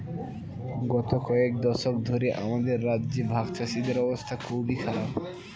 গত কয়েক দশক ধরে আমাদের রাজ্যে ভাগচাষীদের অবস্থা খুবই খারাপ